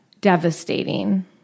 Devastating